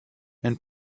and